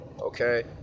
Okay